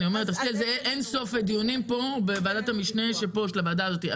עשיתי על זה אינסוף דיונים פה בוועדת המשנה של הוועדה הזאת.